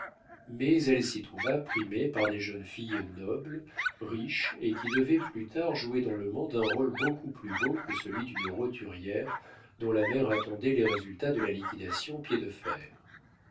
mais elle s'y trouva primée par des jeunes filles nobles riches et qui devaient plus tard jouer dans le monde un rôle beaucoup plus beau que celui d'une roturière dont la mère attendait les résultats de la liquidation piédefer